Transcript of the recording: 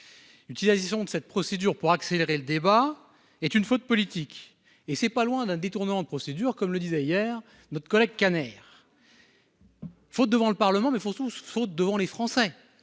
Utilisation de cette procédure pour accélérer le débat est une faute politique et c'est pas loin d'un détournement de procédure, comme le disait hier, notre collègue Kader. Faute devant le parlement mais faut tous faute devant les Français